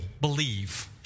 believe